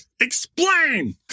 explain